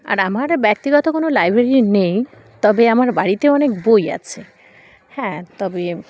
আর আমার ব্যক্তিগত কোনো লাইব্রেরি নেই তবে আমার বাড়িতে অনেক বই আছে হ্যাঁ তবে